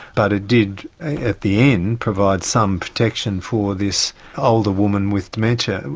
but it did at the end provide some protection for this older woman with dementia.